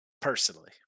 Personally